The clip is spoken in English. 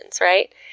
right